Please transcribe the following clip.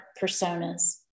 personas